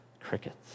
Crickets